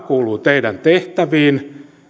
kuuluu teidän tehtäviinne